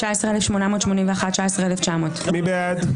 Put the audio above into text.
19,881 עד 19,900. מי בעד?